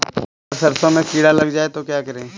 अगर सरसों में कीड़ा लग जाए तो क्या करें?